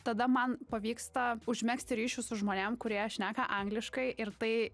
tada man pavyksta užmegzti ryšius su žmonėm kurie šneka angliškai ir tai